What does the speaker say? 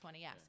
yes